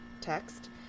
text